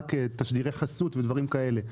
רק תשדירי חסות ודברים כאלה.